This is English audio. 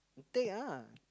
take ah